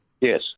Yes